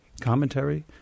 Commentary